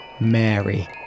Mary